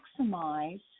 maximize